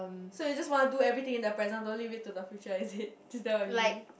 so you just want to do everything in the present don't leave it to the future is it is that what you mean